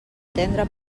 tendre